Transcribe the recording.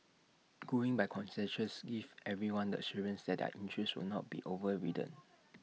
going by consensus gives everyone the assurance that their interests will not be overridden